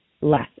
less